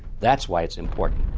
that's why it's important.